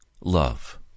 love